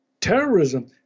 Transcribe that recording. terrorism